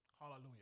Hallelujah